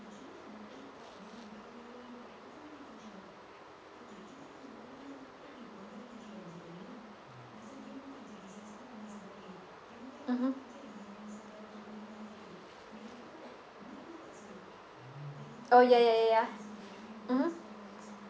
mmhmm oh ya ya ya ya mmhmm